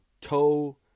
toe